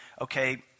Okay